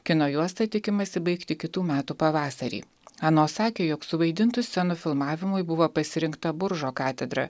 kino juostą tikimasi baigti kitų metų pavasarį ano sakė jog suvaidintų scenų filmavimui buvo pasirinkta buržo katedra